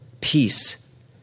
peace